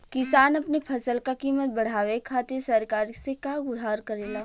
किसान अपने फसल क कीमत बढ़ावे खातिर सरकार से का गुहार करेला?